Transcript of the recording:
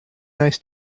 nice